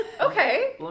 Okay